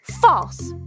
false